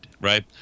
right